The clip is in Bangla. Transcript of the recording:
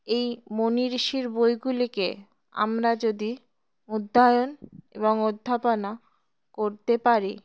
এই মুনি ঋষির বইগুলিকে আমরা যদি অধ্যায়ন এবং অধ্যাপনা করতে পারি